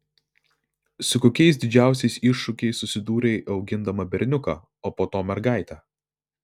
su kokiais didžiausiais iššūkiais susidūrei augindama berniuką o po to mergaitę